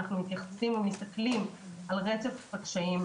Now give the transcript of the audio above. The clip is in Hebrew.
אנחנו מתייחסים ומסתכלים על רצף הקשיים,